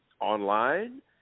online